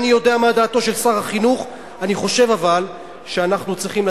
אני יודע מה דעתו של שר החינוך,